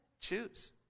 Choose